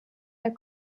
der